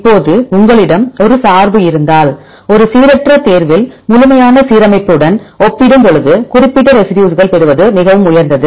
இப்போது உங்களிடம் ஒரு சார்பு இருந்தால்ஒரு சீரற்ற தேர்வில் முழுமையான சீரமைப்பு உடன் ஒப்பிடும் பொழுது குறிப்பிட்ட ரெசிடியூஸ்கள் பெறுவது மிகவும் உயர்ந்தது